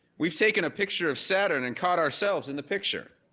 we've taken a picture of saturn and caught ourselves in the picture.